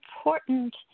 important